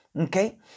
Okay